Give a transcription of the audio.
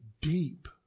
deep